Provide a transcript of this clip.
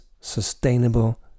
sustainable